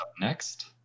next